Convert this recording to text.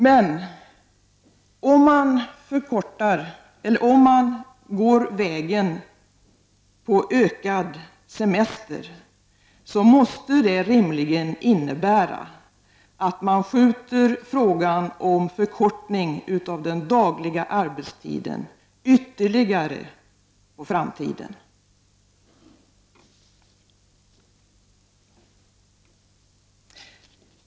Men om man går vägen om ökad semester, måste det rimligen innebära att man skjuter frågan om förkortning av den dagliga arbetstiden ytterligare på framtiden.